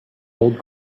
old